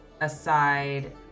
aside